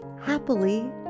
happily